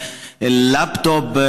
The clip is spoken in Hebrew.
לפטופ,